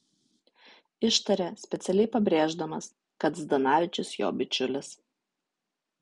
ištarė specialiai pabrėždamas kad zdanavičius jo bičiulis